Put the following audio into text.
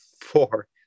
four